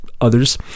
others